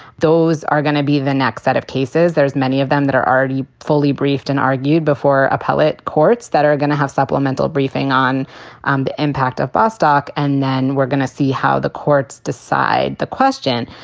those are going to be the next set of cases. there's many of them that are already fully briefed and argued before appellate courts that are going to have supplemental briefing on um the impact of bostock. and then we're going to see how the courts decide the question.